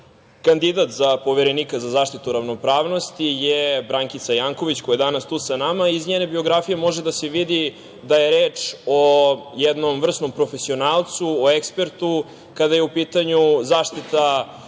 Kandidat za Poverenika za zaštitu ravnopravnosti je Brankica Janković koja je danas tu sa nama. Iz njene biografije može da se vidi da je reč o jednom vrsnom profesionalcu, o ekspertu kada je u pitanju zaštita ne samo